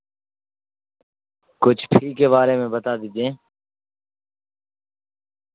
کچھ ان کے بارے میں بتا دیجیے